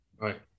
right